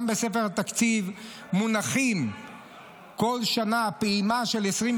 גם בספר התקציב מונחת כל שנה פעימה של 25